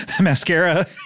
mascara